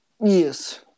Yes